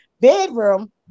Bedroom